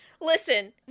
listen